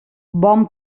bon